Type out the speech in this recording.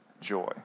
joy